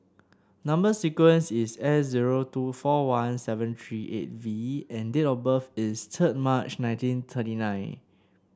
number sequence is S zero two four one seven three eight V and date of birth is third March nineteen thirty nine